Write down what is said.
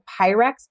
Pyrex